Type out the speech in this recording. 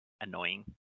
annoying